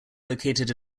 located